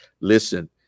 Listen